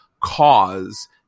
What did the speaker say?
cause